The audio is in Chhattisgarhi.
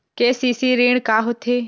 के.सी.सी ऋण का होथे?